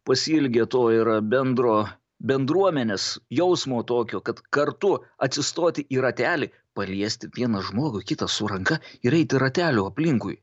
pasiilgę to yra bendro bendruomenės jausmo tokio kad kartu atsistoti į ratelį paliesti vieną žmogų kitą su ranka ir eiti rateliu aplinkui